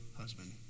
husband